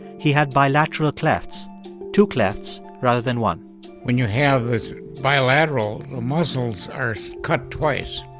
he had bilateral clefs two clefs rather than one when you have this bilateral, the muscles are cut twice.